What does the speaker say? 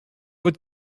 votre